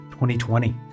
2020